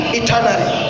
eternally